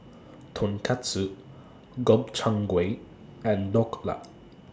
Tonkatsu Gobchang Gui and Dhokla